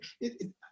it